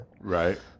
Right